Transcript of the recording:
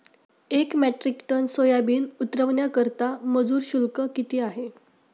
एक metric ton soybean उतरवण्याकरता मजूर शुल्क किती आहे?